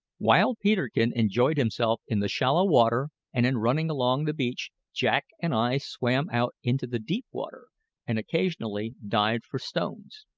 while peterkin enjoyed himself in the shallow water and in running along the beach, jack and i swam out into the deep water and occasionally dived for stones.